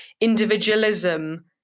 individualism